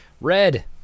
Red